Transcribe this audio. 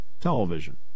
television